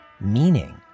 meaning